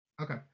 Okay